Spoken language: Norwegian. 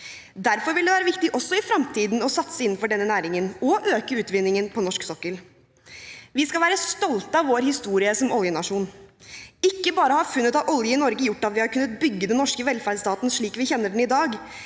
Derfor vil det være viktig også i fremtiden å satse innenfor denne næringen og øke utvinningen på norsk sokkel. Vi skal være stolte av vår historie som oljenasjon. Ikke bare har funnet av olje i Norge gjort at vi har kunnet bygge den norske velferdsstaten slik vi kjenner den i dag,